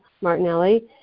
Martinelli